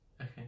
Okay